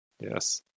Yes